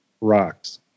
rocks